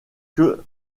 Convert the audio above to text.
que